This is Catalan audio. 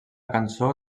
cançó